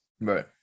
Right